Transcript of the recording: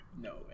No